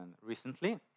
recently